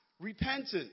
repentance